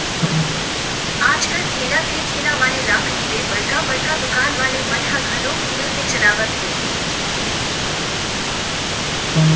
आज कल ठेला ते ठेला वाले ला कहिबे बड़का बड़का दुकान वाले मन ह घलोक गुगल पे चलावत हे